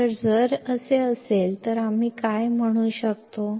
ಆದ್ದರಿಂದ ಅದು ನಿಜವಾಗಿದ್ದರೆ ನಾವು ಏನು ಹೇಳಬಹುದು